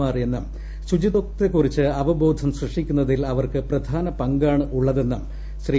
മാർ എന്നും ശുചിത്വത്തെ ക്കുറിച്ച് അവബോധം സൃഷ്ടിക്കുന്നതിൽ അവർക്ക് പ്രധാന പങ്കാണ് ഉള്ളതെന്നും ശ്രീ